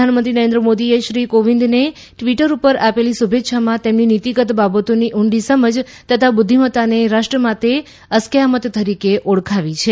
પ્રધાનમંત્રી નરેન્દ્ર મોદીએ શ્રી કોવિંદને ટ્વીટર ઉપર આપેલી શુભેચ્છામાં તેમની નીતિગત બાબતોની ઊંડી સમજ તથા બુધ્ધિમત્તાને રાષ્ટ્ર માટે અસ્કયામત તરીકે ઓળખાવી છે